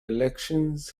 elections